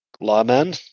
Lawman